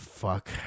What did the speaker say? Fuck